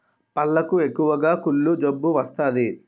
పళ్లకు ఎక్కువగా కుళ్ళు జబ్బు వస్తాది